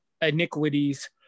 iniquities